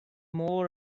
more